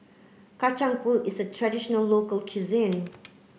Kacang Pool is a traditional local